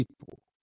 people